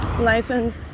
license